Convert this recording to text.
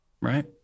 right